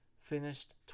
finished